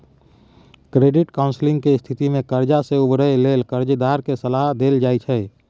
credit counselling के स्थिति में कर्जा से उबरय लेल कर्जदार के सलाह देल जाइ छइ